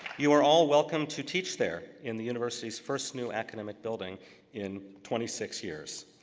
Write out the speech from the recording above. you are all welcome to teach there in the university's first new academic building in twenty six years.